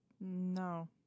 No